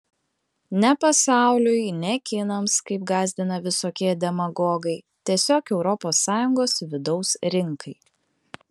ne pasauliui ne kinams kaip gąsdina visokie demagogai tiesiog europos sąjungos vidaus rinkai